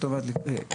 זאת אומרת,